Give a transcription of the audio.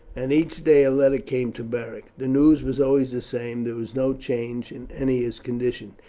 and each day a letter came to beric. the news was always the same there was no change in ennia's condition.